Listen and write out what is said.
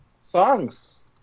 songs